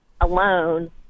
alone